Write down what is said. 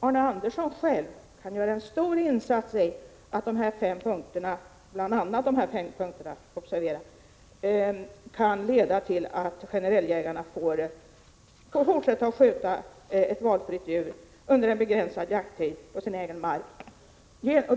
Arne Andersson kan själv göra en stor insats för att bl.a. dessa fem punkter skall leda till att ”generelljägarna” får fortsätta att skjuta ett valfritt djur under en begränsad jakttid på sin egen mark.